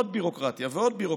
עוד ביורוקרטיה ועוד ביורוקרטיה.